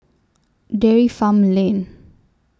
Dairy Farm Lane